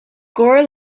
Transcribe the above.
gore